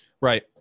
Right